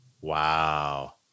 Wow